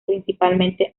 principalmente